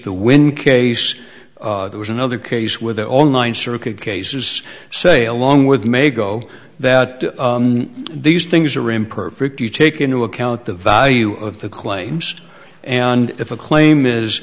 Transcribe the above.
to win case there was another case where their own ninth circuit case is say along with may go that these things are imperfect you take into account the value of the claims and if a claim is